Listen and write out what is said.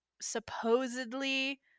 supposedly